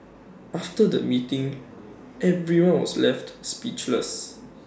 after the meeting everyone was left speechless